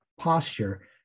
posture